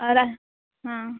ହଁ